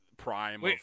prime